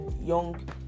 young